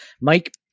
Mike